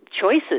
choices